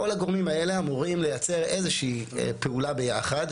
כל הגורמים האלה אמורים לייצר איזושהי פעולה ביחד,